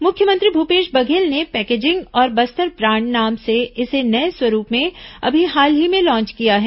मुख्यमंत्री भूपेश बघेल ने पैकेजिंग और बस्तर ब्रान्ड नाम से इसे नये स्वरूप में अभी हाल ही में लॉन्च किया है